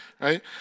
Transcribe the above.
Right